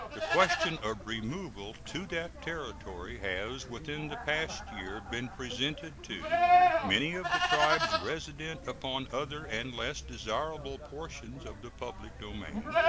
the question of removal to that territory has within the past year been presented to many of the tribes resident upon other and less desirable portions of the public domain,